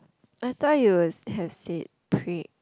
I thought you would have said pri~